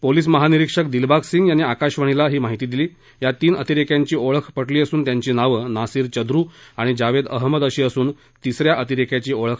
police महानिरिक्षक दिलबाग सिंग यांनी आकाशवाणीला ही माहिती दिली या तीन अतिरेक्यांची ओळख पटली असून त्यांची नावं नासीर चद्रू आणि जावेद अहमद अशी असून तीसऱ्या अतिरेक्याची ओळख पटलेली नाही